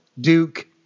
Duke